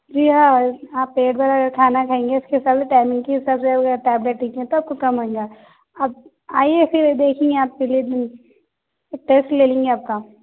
جی ہاں آپ ایک بار کھانا کھائیں گے اس کے ساتھ ٹائمنگ کے حساب سے ٹیبلٹ لیں گے تو آپ کو کم ہوگا آپ آئیے پھر دیکھیں گے آپ کے لیے بھی ٹیسٹ لے لیں گے آپ کا